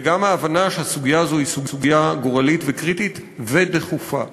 וגם על ההבנה שהסוגיה הזאת היא סוגיה גורלית וקריטית ודחופה.